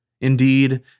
Indeed